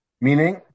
Meaning